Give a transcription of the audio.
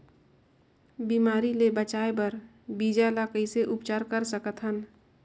बिमारी ले बचाय बर बीजा ल कइसे उपचार कर सकत हन?